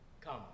come